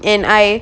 and I